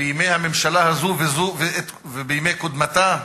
בימי הממשלה הזאת ובימי קודמתה,